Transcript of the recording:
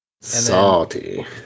Salty